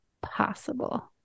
possible